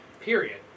period